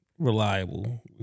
Reliable